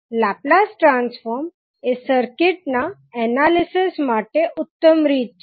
Laplace transform એ circuit ના analysis માટે ઉત્તમ રીત છે